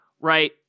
right